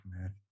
man